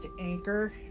Anchor